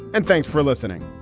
and thanks for listening